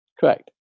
Correct